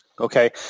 Okay